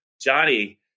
Johnny